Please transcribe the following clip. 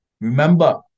Remember